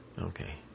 Okay